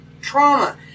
trauma